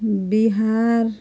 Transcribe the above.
Bihar